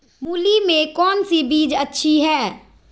मूली में कौन सी बीज अच्छी है?